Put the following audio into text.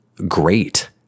great